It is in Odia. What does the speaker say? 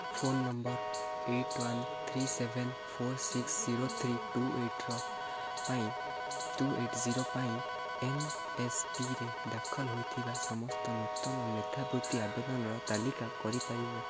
phone number eight one three seven four six zero three two ଏଇଟ୍ର ପାଇଁ ଟୁ ଏଇଟ୍ ଜିରୋ ପାଇଁ ଏନ୍ଏସ୍ପିରେ ଦାଖଲ ହୋଇଥିବା ସମସ୍ତ ନୂତନ ମେଧାବୃତ୍ତି ଆବେଦନର ତାଲିକା କରି ପାରିବ